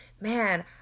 man